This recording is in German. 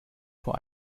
vor